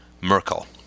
Merkel